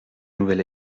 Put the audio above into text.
nouvel